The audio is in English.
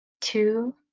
two